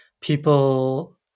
people